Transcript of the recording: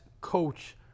coach